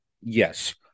Yes